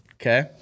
Okay